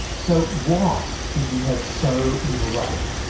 so why did we have so little rain?